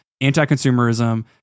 anti-consumerism